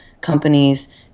companies